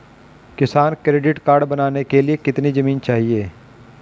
किसान credit card बनाने के लिए कितनी जमीन चाहिए?